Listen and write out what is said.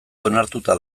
onartuta